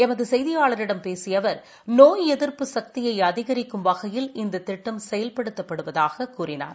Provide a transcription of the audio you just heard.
எமதுசெய்தியாளரிடம் பேசியஅவர் நோய் எதிப்பு சக்தியைஅதிகிக்கும் வகையில் இந்ததிட்டம் செயல்படுத்தப்படுவதாகக் கூறினார்